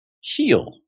heal